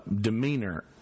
demeanor